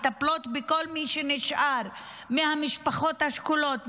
מטפלות בכל מי שנשאר מהמשפחות השכולות,